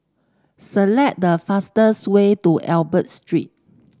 select the fastest way to Albert Street